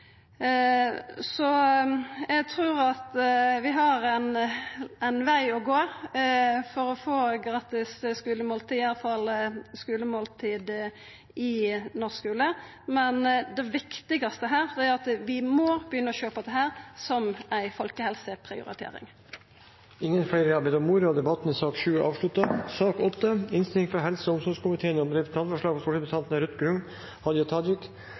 Eg trur at vi har ein veg å gå for å få gratis skulemåltid, iallfall skulemåltid i norsk skule, men det viktigaste er at vi må begynna å sjå på dette som ei folkehelseprioritering. Flere har ikke bedt om ordet til sak nr. 7. Etter ønske fra helse- og omsorgskomiteen vil presidenten foreslå at taletiden blir begrenset til 5 minutter til hver partigruppe og